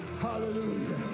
Hallelujah